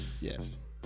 Yes